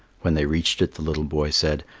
when they reached it, the little boy said,